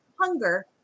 hunger